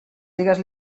digues